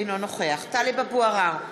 אינו נוכח טלב אבו עראר,